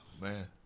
man